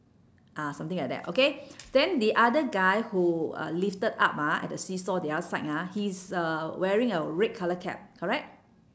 ah something like that okay then the other guy who uh lifted up ah at the seesaw the other side ah he's uh wearing a red colour cap correct